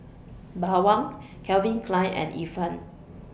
Bawang Calvin Klein and Ifan